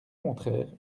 contraire